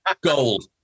Gold